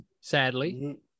Sadly